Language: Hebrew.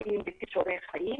אקלים וכישורי חיים.